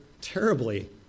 terribly